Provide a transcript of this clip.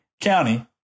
County